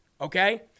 okay